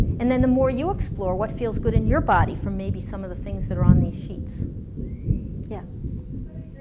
and then the more you explore, what feels good in your body from maybe some of the things that are on these sheets yeah